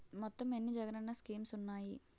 మొత్తం ఎన్ని జగనన్న స్కీమ్స్ ఉన్నాయి?